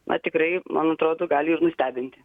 na tikrai man atrodo gali ir nustebinti